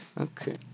Okay